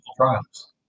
trials